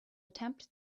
attempt